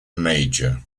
major